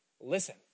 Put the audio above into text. listen